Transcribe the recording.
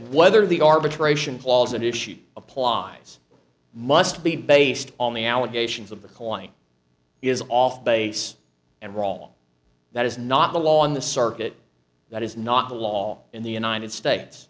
whether the arbitration clause an issue applies must be based on the allegations of the coin is off base and wrong that is not the law in the circuit that is not the law in the united states